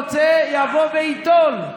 כל הרוצה יבוא וייטול.